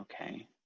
Okay